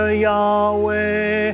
Yahweh